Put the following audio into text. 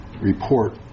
report